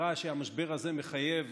באמירה שהמשבר הזה מחייב